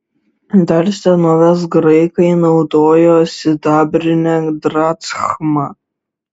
dar senovės graikai naudojo sidabrinę drachmą